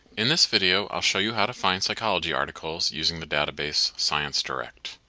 in this video, i'll show you how to find psychology articles using the database sciencedirect.